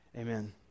Amen